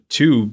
two